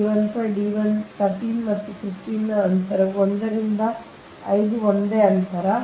D 15 13 ಮತ್ತು 15 ಕ್ಕೆ ಅದೇ ಅಂತರವು 1 ರಿಂದ 5 ಒಂದೇ ಅಂತರ